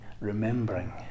remembering